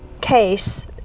case